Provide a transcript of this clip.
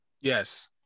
Yes